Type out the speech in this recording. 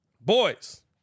Boys